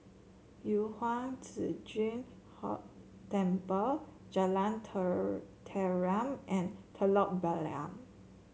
Yu Huang Zhi Zun Temple Jalan Tenteram and Telok Blangah